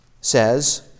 says